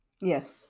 Yes